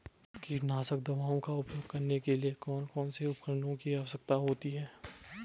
कीटनाशक दवाओं का उपयोग करने के लिए कौन कौन से उपकरणों की आवश्यकता होती है?